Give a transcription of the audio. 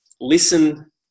listen